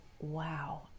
Wow